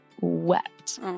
wept